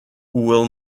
will